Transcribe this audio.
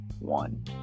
one